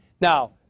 Now